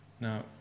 Now